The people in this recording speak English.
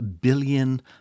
billion